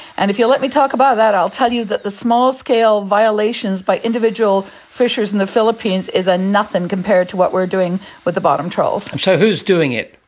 and if you let me talk about that, i'll tell you that the small-scale violations by individual fishers in the philippines is ah nothing compared to what we're doing with the bottom trawls. so who's doing it?